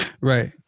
Right